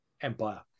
empire